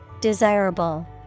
Desirable